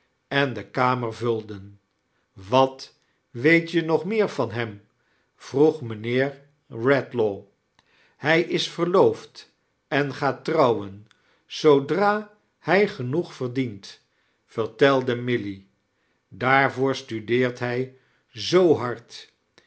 en die kamer yulden wat weet je nog meer van hem vroeg mijnheer redlaw hij is verloofd en gaat trouwen zoodfa hij genoeg vardient vertelde milly daarvoor studeert hij zoo hard